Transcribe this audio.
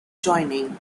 joining